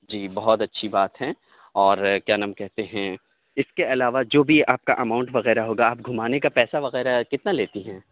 جی بہت اچھی بات ہیں اور کیا نام کہتے ہیں اس کے علاوہ جو بھی آپ کا اماؤنٹ وغیرہ ہوگا آپ گھمانے کا پیسہ وغیرہ کتنا لیتی ہیں